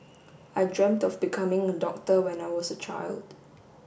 I dreamt of becoming a doctor when I was a child